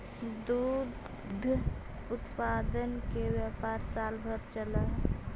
दुग्ध उत्पादन के व्यापार साल भर चलऽ हई